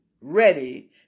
ready